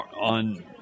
on